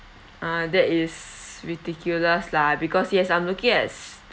ah that is ridiculous lah because yes I'm looking at